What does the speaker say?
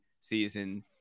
season